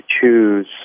choose